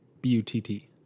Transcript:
B-U-T-T